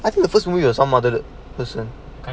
I think the first movie or some other person